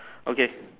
okay